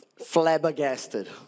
flabbergasted